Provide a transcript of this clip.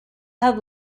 have